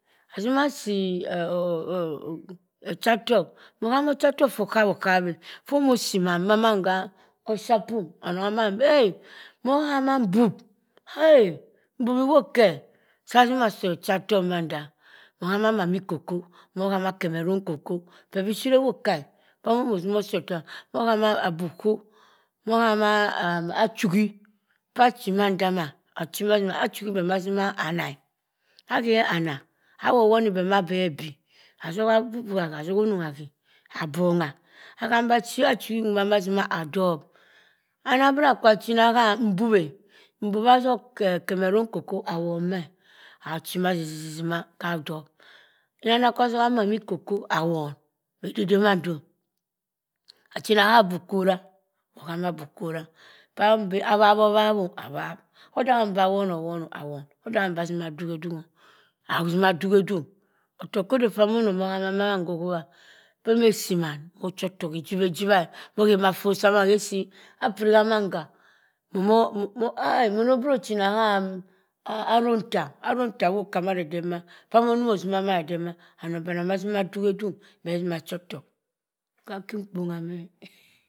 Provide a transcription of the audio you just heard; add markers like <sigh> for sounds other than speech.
Sumah asi <hesitation> ucha tokk amanu ucha tokk bungha uha nu ucha tokk foh okawo kaweh fumuh usi mangha oshapium onem he eh umughama ibob eh ebob ewokeh matina usi cha tokk dah moh ishama mma mi cocoa muh ohama cameron cocoa feh buh oshene ewoka peh muh oshiro owoka peh mu mo utimo usi otok omo ahama abub coh muh ohama achwuhi pah ach mandama kwe achewe bah mma atima anah ageh anah ewoni beh ma bui ebi atima onun ageh abongha aham bah achewe achewu mma bah atima adub ana bara kwa cheana mbob mbob atokk cameron cocoa awon meh achi ma teteh tima adob eyandab akwa togha mami cocoa awon meh dede mando achena nah avuhura muh hama avuhura pam beh awawowab oh awap awep odoha bah wap awap-oh awap odam bah atima oduk oh uduk atima aduk uduk otokkodeh amanah mah ahama kuh ohuwa peh meh esiman muh ocho otokk ejiwe ejiwah ohema efoh asabha hesi apiri hamangha mmo mmo ah beh meh etima ochenna hah aronta aronta woh kah amare eden pah man oh utimoh keh eden atima oduk odukbeh atim a aehu otokk keh ki mkpongha meh.